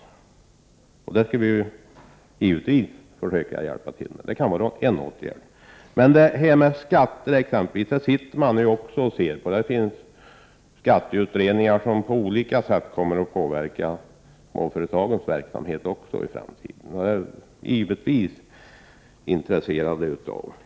På den punkten skall vi givetvis försöka hjälpa till. Det pågår vidare skatteutredningar som på olika sätt kommer att påverka småföretagens verksamhet i framtiden.